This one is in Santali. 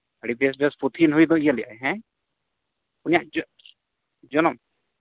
ᱟᱹᱰᱤ ᱵᱮᱥ ᱵᱮᱥ ᱯᱩᱛᱷᱤ ᱱᱩᱭ ᱫᱚᱭ ᱤᱭᱟᱹ ᱞᱮᱫ ᱟᱭ ᱦᱮᱸ ᱩᱱᱤᱭᱟᱜ ᱡᱚᱱᱚᱢ